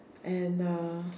and uh